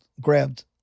grabbed